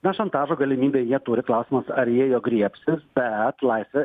na šantažo galimybę jie turi klausimas ar jie jo griebsis bet laisvė